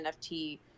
nft